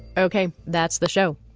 okay. that's the show.